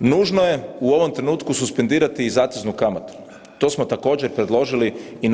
Nužno je u ovom trenutku suspendirati i zateznu kamatu, to smo također predložili i